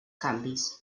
canvis